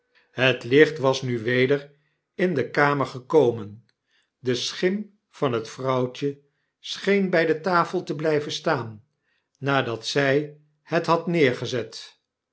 het licht was nu weder in de kamer gekomen de schim van het vrouwtje scheenbyde tafel te blyven staan nadat zy het had neergezet